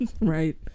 Right